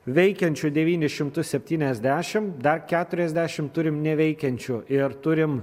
veikiančių devynis šimtus septyniasdešimt dar keturiasdešimt turim neveikiančių ir turim